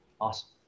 Awesome